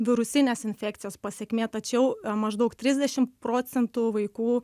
virusinės infekcijos pasekmė tačiau maždaug trisdešim procentų vaikų